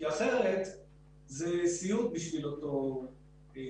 אחרת זה יהיה סיוט בשביל אותו לקוח.